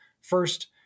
first